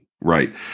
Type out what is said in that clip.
Right